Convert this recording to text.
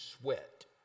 sweat